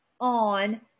on